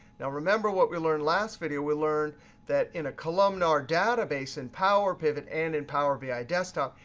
now, remember what we learned last video. we learned that in a columnar database in power pivot and in power bi desktop,